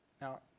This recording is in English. Now